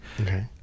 Okay